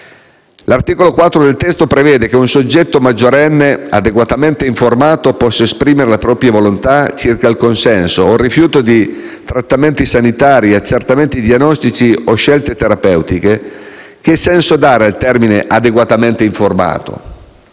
L'articolo 4 del testo prevede che un soggetto maggiorenne, adeguatamente informato, possa esprimere le proprie volontà circa il consenso o il rifiuto di trattamenti sanitari, accertamenti diagnostici o scelte terapeutiche. Che senso dare all'espressione «adeguatamente informato»?